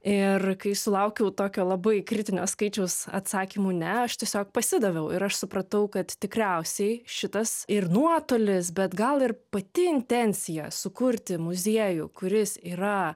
ir kai sulaukiau tokio labai kritinio skaičiaus atsakymų ne aš tiesiog pasidaviau ir aš supratau kad tikriausiai šitas ir nuotolis bet gal ir pati intencija sukurti muziejų kuris yra